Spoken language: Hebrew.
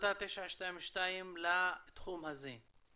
בהחלטה 922 לתחום הזה.